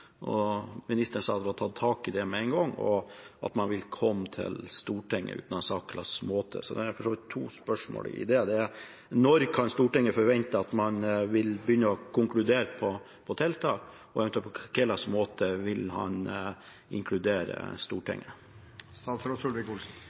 og ministeren sa at det ble tatt tak i det med en gang, og at man ville komme til Stortinget – uten at han sa på hvilken måte. Det er for så vidt to spørsmål i dette: Når kan Stortinget forvente at man vil begynne å konkludere på tiltak, og på hvilken måte vil han eventuelt inkludere